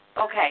Okay